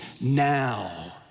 now